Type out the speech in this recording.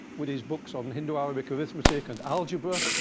with his books on hindu arabic arithmetic and algebra,